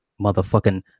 Motherfucking